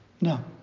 No